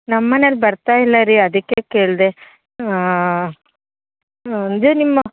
ನಮ್ಮ ಮನೇಲ್ಲಿ ಬರ್ತಾಯಿಲ್ಲ ರೀ ಅದಕ್ಕೆ ಕೇಳಿದೆ ಅಂದರೆ ನಿಮ್ಮ